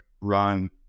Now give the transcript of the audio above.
run